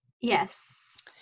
Yes